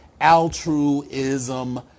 altruism